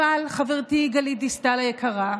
אבל, חברתי גלית דיסטל היקרה,